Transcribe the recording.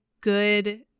good